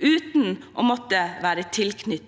uten å måtte være tilknyttet